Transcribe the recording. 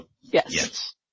Yes